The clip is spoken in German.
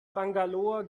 bangalore